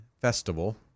festival